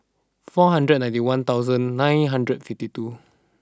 four hundred and ninety one thousand nine hundred and fifty two